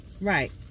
Right